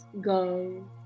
go